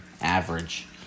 average